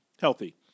healthy